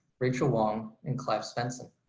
rachel wong, and clive svendsen.